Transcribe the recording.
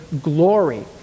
glory